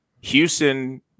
Houston